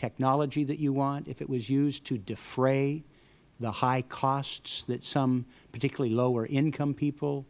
technology that you want if it was used to defray the high costs that some particularly lower income people